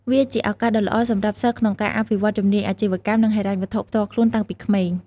វាជាឱកាសដ៏ល្អសម្រាប់សិស្សក្នុងការអភិវឌ្ឍជំនាញអាជីវកម្ម និងហិរញ្ញវត្ថុផ្ទាល់ខ្លួនតាំងពីក្មេង។